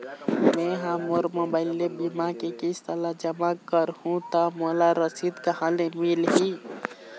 मैं हा मोर मोबाइल ले बीमा के किस्त ला जमा कर हु ता मोला रसीद कहां ले मिल ही?